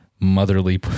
motherly